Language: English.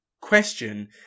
question